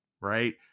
right